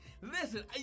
Listen